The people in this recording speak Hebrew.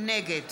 נגד